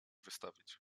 wystawić